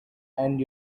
and